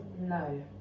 No